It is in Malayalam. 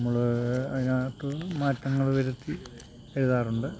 നമ്മള് അതിനകത്ത് മാറ്റങ്ങൾ വരുത്തി എഴുതാറുണ്ട്